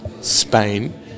Spain